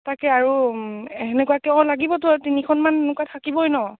তাকে আৰু সেনেকুৱাকেও অঁ লাগিবতো আৰু তিনিখনমান এনেকুৱা থাকিবই ন